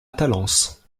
talence